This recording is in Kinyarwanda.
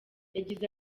yagize